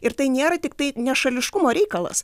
ir tai nėra tiktai nešališkumo reikalas